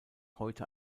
heute